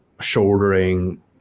shouldering